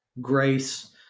grace